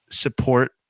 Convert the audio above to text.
support